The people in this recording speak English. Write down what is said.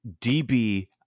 DB